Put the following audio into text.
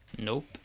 Nope